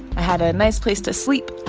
i had a nice place to sleep,